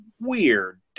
weird